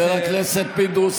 חבר הכנסת פינדרוס,